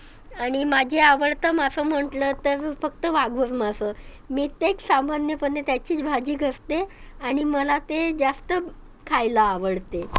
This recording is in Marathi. आणि माझे आवडता मासा म्हटलं तर फक्त वाघुर मासा मी तेच सामान्यपणे त्याचीच भाजी करते आणि मला ते जास्त खायला आवडते